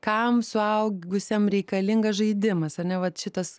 kam suaugusiam reikalingas žaidimas ar ne vat šitas